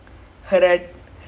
wallan and lee